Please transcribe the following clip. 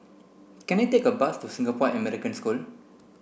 can I take a bus to Singapore American School